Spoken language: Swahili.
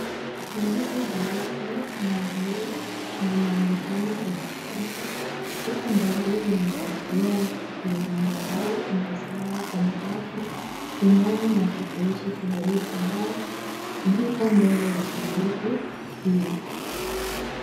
Sanduku jeupe la bluu linaonekana katikati. Chupa ndogo yenye kofia ya zambarau imesimama kando yake. Sindano na kifurushi kidogo cha dawa viko mbele ya sanduku hiyo.